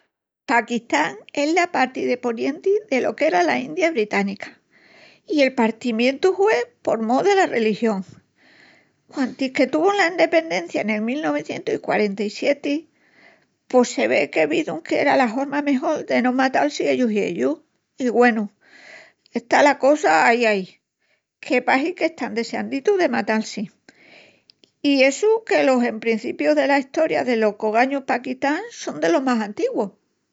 Pakistán es la parti de ponienti delo qu'era la India británica, i el partimientu hue por mó dela religión. Quantis que tuvun la endependencia nel mil nuevicientus i quarenta-i-sieti pos se ve que vidun qu'era la horma mejol de no matal-si ellus i ellus. I, güenu, está la cosa, aí. aí, que pahi qu'están deseanditu de matal-si. I essu que los emprencipius dela Estoria delo qu'ogañu Pakistán son delos más antigus.